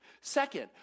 Second